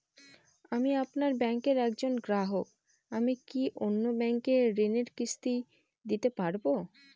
আমি আপনার ব্যাঙ্কের একজন গ্রাহক আমি কি অন্য ব্যাঙ্কে ঋণের কিস্তি দিতে পারবো?